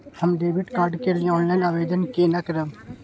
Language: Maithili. हम डेबिट कार्ड के लिए ऑनलाइन आवेदन केना करब?